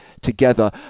together